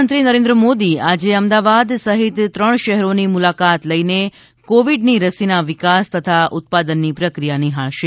પ્રધાનમંત્રી નરેન્દ્ર મોદી આજે અમદાવાદ સહિત ત્રણ શહેરોની મુલાકાત લઈને કોવિડની રસીના વિકાસ તથા ઉત્પાદનની પ્રક્રિયા નિહાળશે